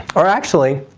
or actually,